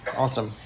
awesome